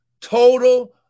total